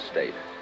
state